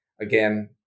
Again